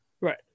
Right